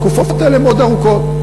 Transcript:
התקופות האלה מאוד ארוכות,